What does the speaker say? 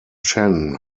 chen